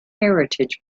heritage